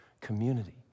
community